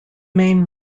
main